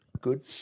Good